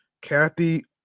Kathy